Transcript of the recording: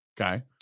Okay